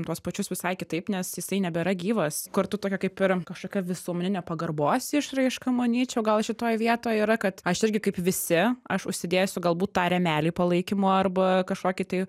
tuos pačius visai kitaip nes jisai nebėra gyvas kartu tokia kaip ir kažkokia visuomeninė pagarbos išraiška manyčiau gal šitoj vietoj yra kad aš irgi kaip visi aš užsidėsiu galbūt tą rėmelį palaikymo arba kažkokį tai